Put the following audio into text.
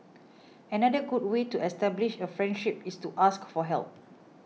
another good way to establish a friendship is to ask for help